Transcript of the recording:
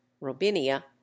robinia